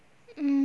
mm